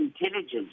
intelligence